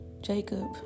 Jacob